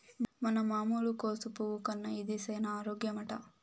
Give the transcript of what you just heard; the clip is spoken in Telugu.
మన మామూలు కోసు పువ్వు కన్నా ఇది సేన ఆరోగ్యమట